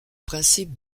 principe